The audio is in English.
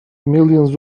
millions